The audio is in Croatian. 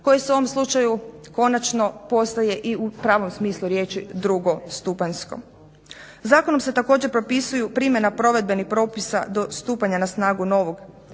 koje se u ovom slučaju konačno postaje i u pravom smislu riječi drugostupanjsko. Zakonom se također popisuju primjena provedbenih propisa do stupanja na snagu novih